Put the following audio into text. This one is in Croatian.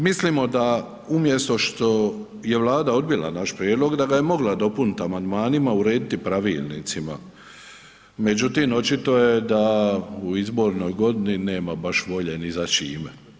Mislimo da umjesto što je Vlada odbila naš prijedlog da ga je mogla dopuniti amandmanima, urediti pravilnicima, međutim očito je da u izbornoj godini nema baš volje ni za čime.